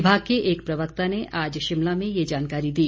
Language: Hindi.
विभाग के एक प्रवक्ता ने आज शिमला में ये जानकारी दी